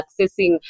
accessing